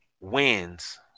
wins